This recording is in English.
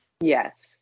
Yes